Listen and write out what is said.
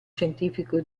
scientifico